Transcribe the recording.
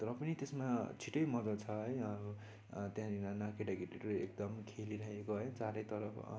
र पनि त्यसमा छुट्टै मजा छ है त्यहाँनेर नयाँ केटा केटीहरू एकदम खेलिरहेको है चारै तर्फ